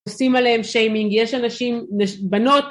עושים עליהם שיימינג, יש אנשים, בנות